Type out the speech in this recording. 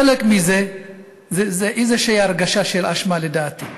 חלק מזה זה איזושהי הרגשה של אשמה, לדעתי.